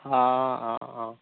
অঁ অঁ অঁ